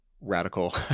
radical